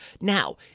Now